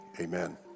Amen